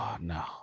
no